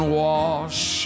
wash